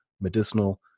medicinal